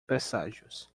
presságios